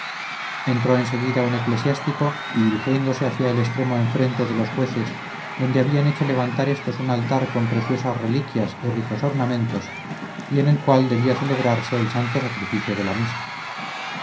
entró en seguida un eclesiástico y dirigiéndose hacia el extremo enfrente de los jueces donde habían hecho levantar éstos un altar con preciosas reliquias y ricos ornamentos y en el cual debía celebrarse el santo sacrificio de la misa